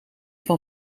van